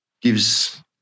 Gives